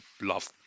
love